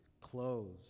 Clothes